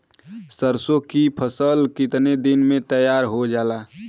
सरसों की फसल कितने दिन में तैयार हो जाला?